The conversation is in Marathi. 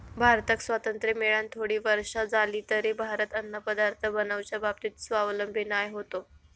भारताक स्वातंत्र्य मेळान थोडी वर्षा जाली तरी भारत अन्नपदार्थ बनवच्या बाबतीत स्वावलंबी नाय होतो